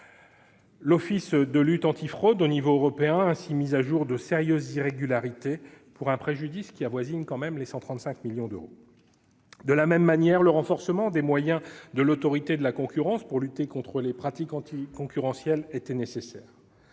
européen de lutte antifraude a ainsi mis au jour de sérieuses irrégularités, pour un préjudice qui avoisine les 135 millions d'euros. De la même manière, le renforcement des moyens de l'Autorité de la concurrence pour lutter contre les pratiques anticoncurrentielles était nécessaire.